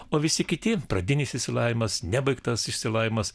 o visi kiti pradinis išsilavinimas nebaigtas išsilavinimas